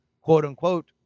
quote-unquote